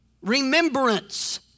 Remembrance